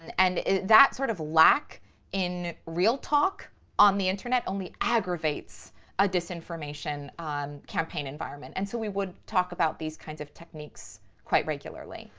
and and that sort of lack in real talk on the internet only aggravates a disinformation campaign environment and so we would talk about these kinds of techniques quite regularly,